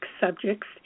subjects